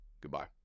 Goodbye